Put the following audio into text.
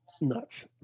nuts